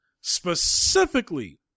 specifically